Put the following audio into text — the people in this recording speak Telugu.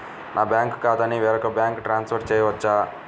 నా బ్యాంక్ ఖాతాని వేరొక బ్యాంక్కి ట్రాన్స్ఫర్ చేయొచ్చా?